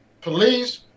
Police